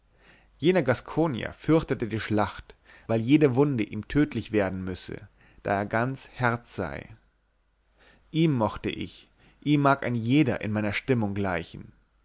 jener gaskogner fürchtete die schlacht weil jede wunde ihm tödlich werden müsse da er ganz herz sei ihm mochte ich ihm mag jeder in meiner stimmung gleichen